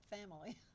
family